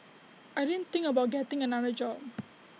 I didn't think about getting another job